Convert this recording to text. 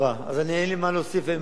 אז אין לי מה להוסיף ואין מה להאריך.